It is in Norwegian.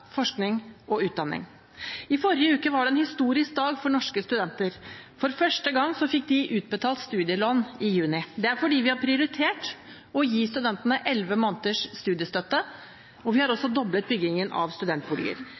forskning og utdanning. I forrige uke var det en historisk dag for norske studenter. For første gang fikk de utbetalt studielån i juni. Det er fordi vi har prioritert å gi studentene elleve måneders studiestøtte. Vi har også doblet byggingen av studentboliger.